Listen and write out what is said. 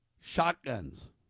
shotguns